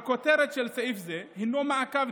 הכותרת של סעיף זה היא מעקב,